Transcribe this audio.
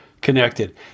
connected